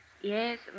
Yes